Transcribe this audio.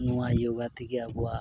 ᱱᱚᱣᱟ ᱡᱳᱜᱟ ᱛᱮᱜᱮ ᱟᱵᱚᱣᱟᱜ